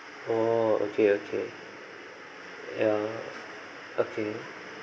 oh okay okay ya okay